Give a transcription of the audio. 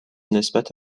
نسبت